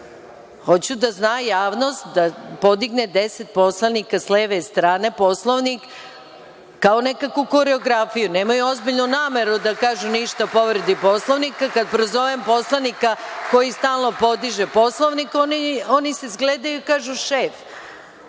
Hoću da zna javnost da podigne deset poslanika s leve strane Poslovnik, kao nekakvu koreografiju, nemaju ozbiljnu nameru da kažu nešto o povredi Poslovnika. Kad prozovem poslanika koji stalno podiže Poslovnik, oni se zgledaju i kažu – šef.